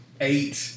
eight